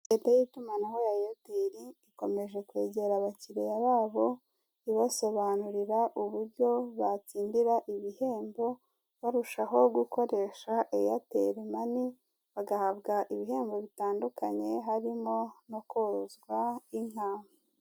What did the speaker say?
Sosiyete y'itumanaho ya Eyateri, ikomeje kwegera abakiriya babo. Ibasobanurira uburyo batsindira ibihembo barushaho gukoresha Eyateri mani, bagahabwa ibihembo bitandukanye; harimo no korozwa inka.